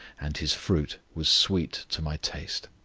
and his fruit was sweet to my taste.